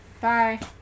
Bye